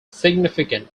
significant